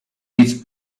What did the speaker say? its